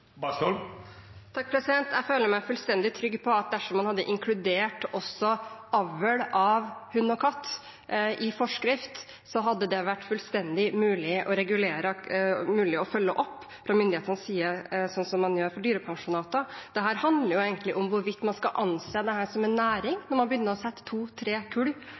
Jeg føler meg fullstendig trygg på at dersom man hadde inkludert også avl av hund og katt i forskriften, hadde det vært fullt ut mulig å regulere det og følge det opp fra myndighetens side, slik man gjør med dyrepensjonater. Dette handler egentlig om hvorvidt man skal anse det som en næring når man